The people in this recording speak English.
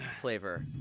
flavor